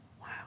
Wow